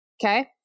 Okay